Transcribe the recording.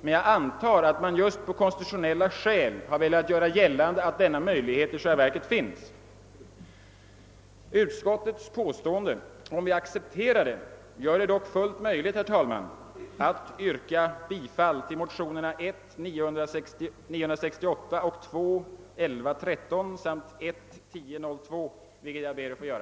men jag antar att utskottet just av konstitutionella skäl har velat göra gällande att den möjligheten föreligger. Utskottets påstående, om jag accepterar det, gör det dock fullt möjligt, herr talman, att yrka bifall till motionerna I:968 och II: 1113 samt I: 1002, vilket jag ber att få göra.